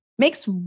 makes